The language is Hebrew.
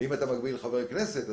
אם אתה מגביל חבר כנסת,